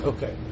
Okay